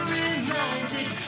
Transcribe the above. reminded